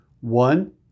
One